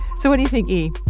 so what do you think, e?